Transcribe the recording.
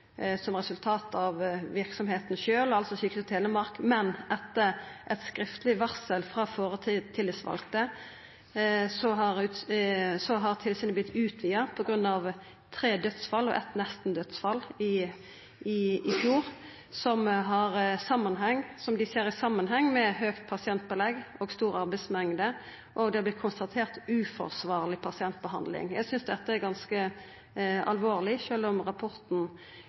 som resultat av verksemda sjølv, altså Sykehuset Telemark, men etter eit skriftleg varsel frå tillitsvalde. Så har tilsynet vorte utvida på grunn av tre dødsfall og eit nesten-dødsfall i fjor, som dei ser i samanheng med høgt pasientbelegg og stor arbeidsmengd, og det har vorte konstatert uforsvarleg pasientbehandling. Eg synest dette er ganske alvorleg. Sjølv om rapporten